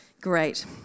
Great